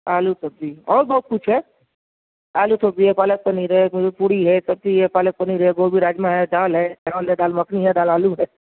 آلو سبزی اور بہت کچھ ہے آلو سبزی ہے پالک پنیر ہے بھیل پوڑی ہے سبزی ہے پالک پنیر ہے گوبھی راجما ہے دال ہے چاول ہے دال مکھنی ہے دال آلو ہے